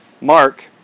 Mark